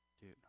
Dude